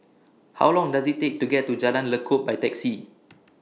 How Long Does IT Take to get to Jalan Lekub By Taxi